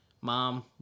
mom